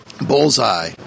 Bullseye